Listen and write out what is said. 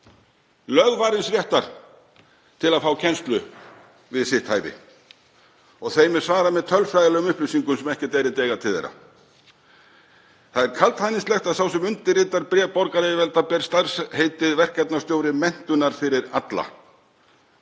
lögvarins réttar barnsins til að fá kennslu við sitt hæfi og þeim er svarað með tölfræðilegum upplýsingum sem ekkert erindi eiga til þeirra. Það er kaldhæðnislegt að sá sem undirritar bréf borgaryfirvalda ber starfsheitið verkefnastjóri Menntunar fyrir alla.